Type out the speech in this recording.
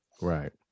Right